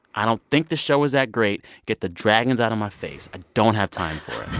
i don't think the show is that great. get the dragons out of my face. i don't have time for it